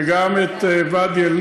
וגם את ואדי-א-נעם,